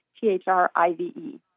T-H-R-I-V-E